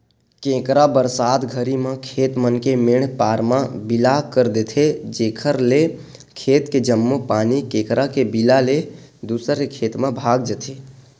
केंकरा बरसात घरी म खेत मन के मेंड पार म बिला कर देथे जेकर ले खेत के जम्मो पानी केंकरा के बिला ले दूसर के खेत म भगा जथे